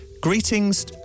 greetings